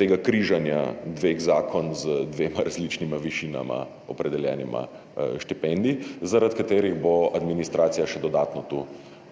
tega križanja dveh zakon z dvema različnima opredeljenima višinama štipendij, zaradi katerih bo administracija tu še dodatno